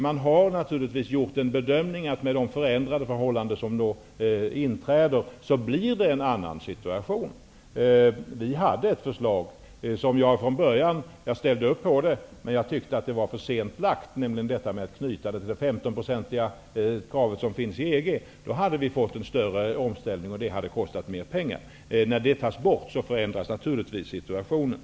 Man har naturligtvis gjort den bedömningen att situationen, med de förändrade förhållanden som inträder, blir en annan. Vi hade ett förslag som jag från början ställde mig bakom, men jag tyckte att det lades fram för sent, nämligen detta med att knyta an till det 15-procentiga kravet som finns i EG. Då hade det blivit en större omställning som hade kostat mer pengar. När det inte blev så, förändras naturligtvis situationen.